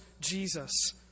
Jesus